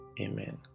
amen